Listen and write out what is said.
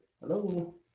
Hello